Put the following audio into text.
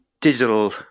digital